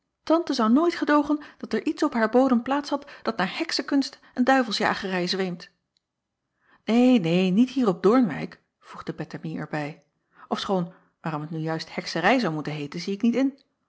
ante zou nooit gedoogen dat er iets op haar bodem plaats had dat naar heksekunsten en duvelsjagerij zweemt acob van ennep laasje evenster delen een neen niet hier op oornwijck voegde ettemie er bij ofschoon waarom het nu juist hekserij zou moeten heeten zie ik niet in